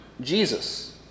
Jesus